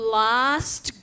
last